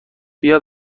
بیا